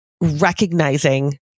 recognizing